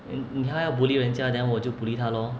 你你还要 bully 人家 then 我就 bully 他 lor